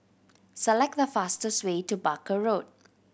select the fastest way to Barker Road